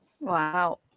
Wow